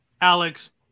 Alex